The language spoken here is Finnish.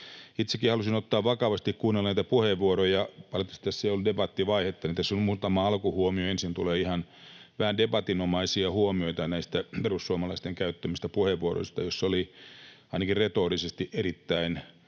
Itsekin halusin ottaa vakavasti ja kuunnella näitä puheenvuoroja. Kun valitettavasti tässä ei ollut debattivaihetta, niin tässä muutama alkuhuomio. Ensin tulee ihan vähän debatinomaisia huomioita näistä perussuomalaisten käyttämistä puheenvuoroista, joissa oli ainakin retorisesti erittäin